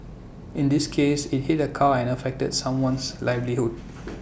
in this case IT hit A car and affected someone's livelihood